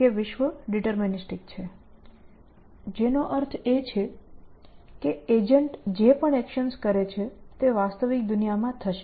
કે વિશ્વ ડિટર્મિનીસ્ટિક છે જેનો અર્થ એ કે એજન્ટ જે પણ એકશન્સ કરે છે તે વાસ્તવિક દુનિયામાં થશે